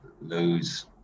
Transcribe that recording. lose